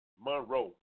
Monroe